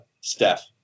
Steph